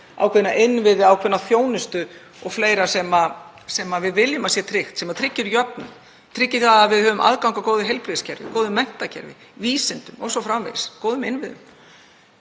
ákveðna innviði, ákveðna þjónustu og fleira sem við viljum að sé tryggt, sem tryggir jöfnuð, tryggir að við höfum aðgang að góðu heilbrigðiskerfi, góðu menntakerfi, vísindum o.s.frv.; góðum innviðum.